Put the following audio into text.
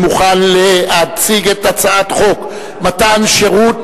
הוא מוכן להציג את הצעת חוק מתן שירות